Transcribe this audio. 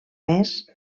més